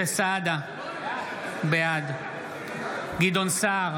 בעד גדעון סער